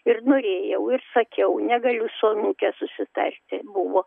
ir norėjau ir sakiau negaliu su anūke susitarti buvo